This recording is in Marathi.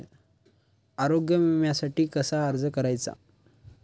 आरोग्य विम्यासाठी कसा अर्ज करायचा?